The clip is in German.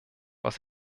was